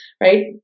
right